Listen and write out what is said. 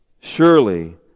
Surely